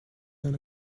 than